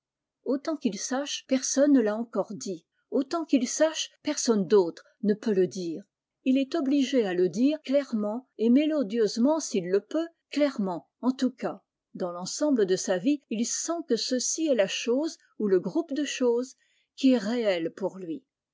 traducteur qu'il sache personne ne l'a encore dit autant qu'il sache personne d'autre ne peut le dire il est obligé à le dire clairement et mélodieusement s'il le peut clairement en tous cas dans l'ensemble de sa vie il sent que ceci est la chose ou le groupe de choses qui est réel pour lui